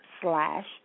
slash